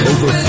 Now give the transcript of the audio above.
Over